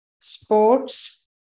sports